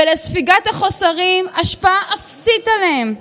ולספיגת החוסרים יש השפעה אפסית עליהן.